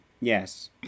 yes